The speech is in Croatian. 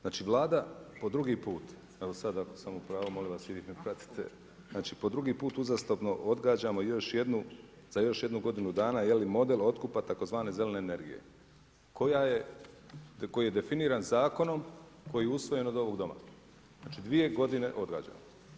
Znači Vlada po drugi put, evo sada ako sam u pravu molim vas … pratite, znači po drugi put uzastopno odgađamo za još jednu godinu dana model otkupa tzv. zelene energije koja je definirana zakonom koji je usvoje od ovoga Doma, znači dvije godine odgađamo.